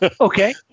okay